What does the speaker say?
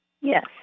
Yes